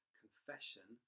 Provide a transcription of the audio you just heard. confession